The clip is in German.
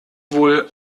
wohl